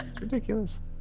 Ridiculous